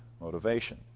motivation